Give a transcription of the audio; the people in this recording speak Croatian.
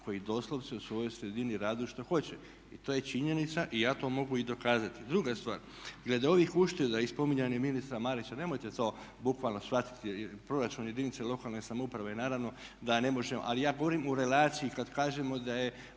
koji doslovce u svojoj sredini radu što hoće. I to je činjenica i ja to mogu i dokazati. Druga stvar, glede ovih ušteda i spominjanja ministra Marića nemojte to bukvalno shvatiti. Jer proračun jedinice lokalne samouprave naravno da ne možemo, ali ja govorim o relaciji kad kažemo da je